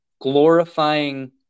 glorifying